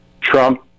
Trump